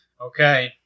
Okay